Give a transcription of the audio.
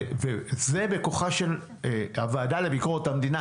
וזה בכוחה של הוועדה לביקורת המדינה,